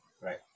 Right